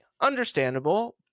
Understandable